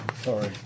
Sorry